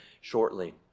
shortly